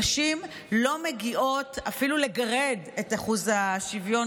נשים לא מגיעות אפילו לגרד את אחוז השוויון,